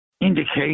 indication